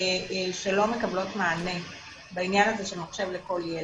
שלא מקבלות מענה בעניין הזה של "מחשב לכל ילד".